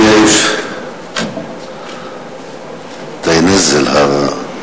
אחריו, חבר הכנסת ג'מאל זחאלקה.